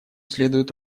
следует